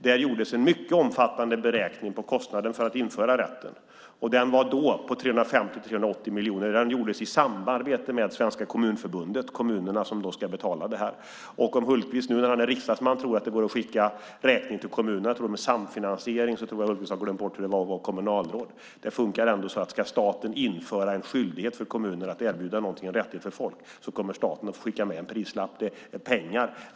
Där gjordes en mycket omfattande beräkning av kostnaden för att införa rätten. Kostnaden var då 350-380 miljoner, och beräkningen gjordes i samarbete med Svenska Kommunförbundet, det vill säga kommunerna som ska betala det här. Om Peter Hultqvist nu när han är riksdagsman tror att det går att skicka räkningen för samfinansiering till kommunerna tror jag att han har glömt hur det var att vara kommunalråd. Det funkar ändå så att om staten ska införa en skyldighet för kommunerna att erbjuda en rättighet för folk kommer staten att få skicka med pengar.